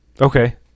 Okay